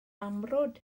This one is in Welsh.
amrwd